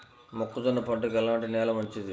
మొక్క జొన్న పంటకు ఎలాంటి నేల మంచిది?